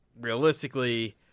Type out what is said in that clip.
Realistically